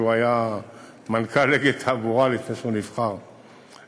כי הוא היה מנכ"ל "אגד תעבורה" לפני שהוא נבחר לכנסת,